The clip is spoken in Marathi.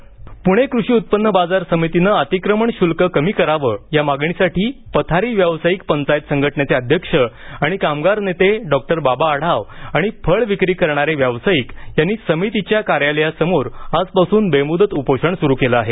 प्णे कृषी उत्पन्न बाजार समितीनं अतिक्रमण शुल्क कमी करावं या मागणीसाठी पथारी व्यावसायिक पंचायत संघटनेचे अध्यक्ष आणि कामगार नेते डॉक्टर बाबा आढाव आणि फळ विक्री करणारे व्यावसायिक यांनी समितीच्या कार्यालयाबाहेर आजपासून बेमुदत उपोषण सुरू केलं आहे